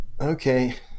okay